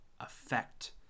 affect